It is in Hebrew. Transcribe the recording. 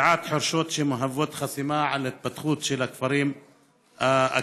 נטיעת חורשות שמהוות חסימה להתפתחות של הכפרים הקיימים,